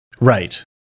right